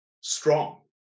strong